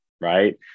Right